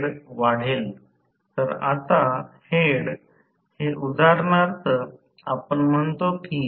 तर याचा अर्थ स्लिप थेट r2 च्या प्रमाणात आहे आणि हा भाग रोटर प्रतिरोध r2 पेक्षा स्वतंत्र आहे